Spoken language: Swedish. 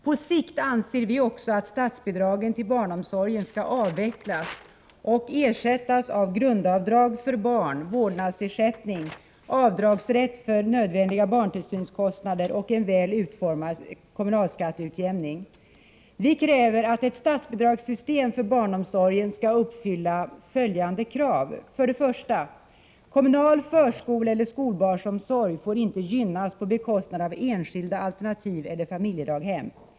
På sikt, anser vi också, skall statsbidragen till barnomsorgen avvecklas och ersättas av grundavdrag för barn, vårdnadsersättning och avdragsrätt för nödvändiga barntillsynskostnader samt en väl utformad kommunalskatteutjämning. Vi kräver att ett statsbidragssystem för barnomsorgen skall uppfylla följande krav: 1. Kommunal förskoleeller skolbarnsomsorg får inte gynnas på bekostnad av enskilda alternativ eller familjedaghem.